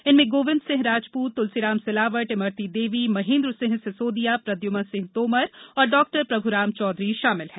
इनमें गोविन्द सिंह राजपूत तुलसीराम सिलावट इमरती देवी महेन्द्र सिंह सिसौदिया प्रद्यमन सिंह तोमर और डाक्टर प्रभुराम चौधरी शामिल हैं